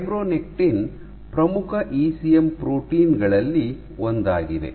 fibronectin ಪ್ರಮುಖ ECM protein ಗಳಲ್ಲಿ ಒಂದಾಗಿದೆ